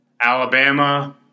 Alabama